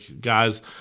guys